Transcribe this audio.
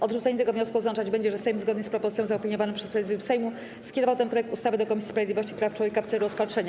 Odrzucenie tego wniosku oznaczać będzie, że Sejm, zgodnie z propozycją zaopiniowaną przez Prezydium Sejmu, skierował ten projekt ustawy do Komisji Sprawiedliwości i Praw Człowieka w celu rozpatrzenia.